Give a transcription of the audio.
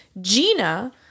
Gina